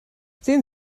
sehen